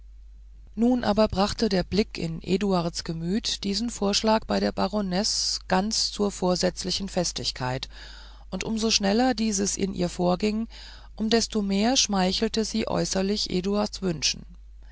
nun aber brachte der blick in eduards gemüt diesen vorschlag bei der baronesse ganz zur vorsätzlichen festigkeit und um so schneller dieses in ihr vorging um desto mehr schmeichelte sie äußerlich eduards